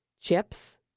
chips